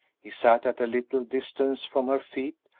he sat at a little distance from her feet,